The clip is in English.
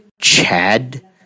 Chad